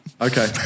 Okay